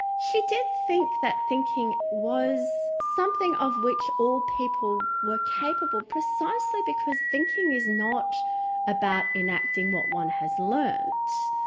she did think that thinking was something of which all people were capable, precisely because thinking is not about enacting what one has learnt,